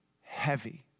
heavy